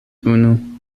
unu